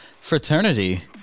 fraternity